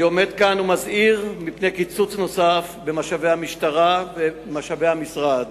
אני עומד כאן ומזהיר מפני קיצוץ נוסף במשאבי המשטרה ובמשאבי המשרד.